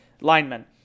linemen